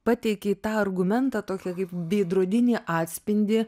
pateikei tą argumentą tokį kaip veidrodinį atspindį